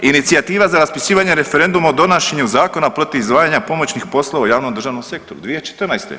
Inicijativa za raspisivanje referenduma o donošenju zakona protiv zvanja pomoćnih poslova u javnom državnom sektoru, 2014.